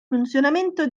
funzionamento